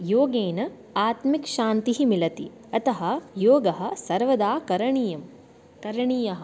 योगेन आत्मिकशान्तिः मिलति अतः योगः सर्वदा करणीयं करणीयः